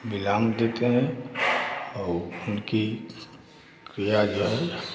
विराम देते हैं और उनकी या जो है